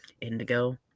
Indigo